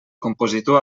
compositor